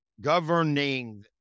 governing